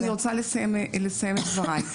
רק אני רוצה לסיים את דבריי.